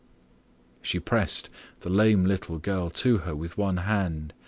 she pressed the lame little girl to her with one hand,